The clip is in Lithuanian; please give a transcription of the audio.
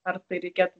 ar tai reikėtų